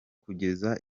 kugeza